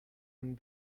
een